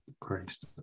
Christ